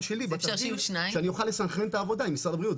שלי בתרגיל שאני אוכל לסנכרן את העבודה עם משרד הבריאות,